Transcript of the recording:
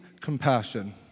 compassion